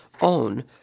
own